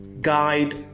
guide